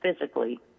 physically